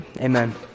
Amen